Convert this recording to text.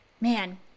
Man